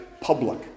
public